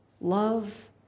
love